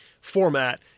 format